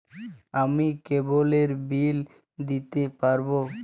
আমি কেবলের বিল দিতে পারবো?